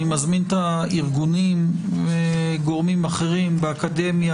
אני מזמין את הארגונים וגורמים אחרים באקדמיה,